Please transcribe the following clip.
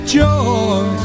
joy